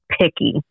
picky